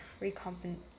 recompense